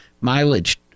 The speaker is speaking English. mileage